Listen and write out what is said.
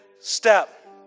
step